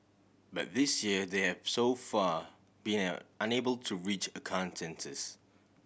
but this year they have so far been an unable to reach a consensus